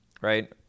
right